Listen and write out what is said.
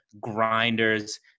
grinders